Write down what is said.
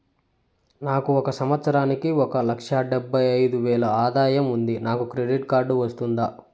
నాకు ఒక సంవత్సరానికి ఒక లక్ష డెబ్బై అయిదు వేలు ఆదాయం ఉంది నాకు క్రెడిట్ కార్డు వస్తుందా?